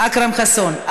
אכרם חסון.